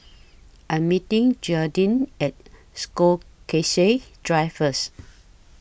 I Am meeting Jayden At Stokesay Drive First